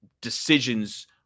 decisions